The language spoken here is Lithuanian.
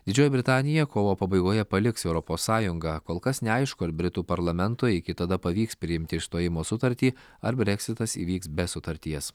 didžioji britanija kovo pabaigoje paliks europos sąjungą kol kas neaišku ar britų parlamentui iki tada pavyks priimti išstojimo sutartį ar breksitas įvyks be sutarties